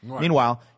Meanwhile